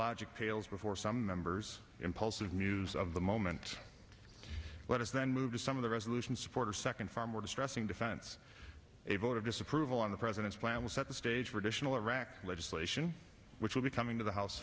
logic pales before some members impulsive news of the moment let us then move to some of the resolutions support or second far more distressing defense a vote of disapproval on the president's plan will set the stage for additional iraq legislation which will be coming to the house